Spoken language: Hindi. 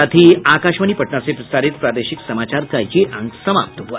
इसके साथ ही आकाशवाणी पटना से प्रसारित प्रादेशिक समाचार का ये अंक समाप्त हुआ